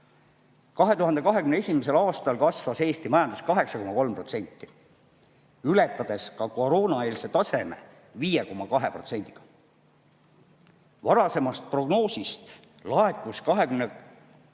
2021. aastal kasvas Eesti majandus 8,3%, ületades ka koroonaeelse taseme 5,2%-ga. Varasemast prognoosist laekus 2022.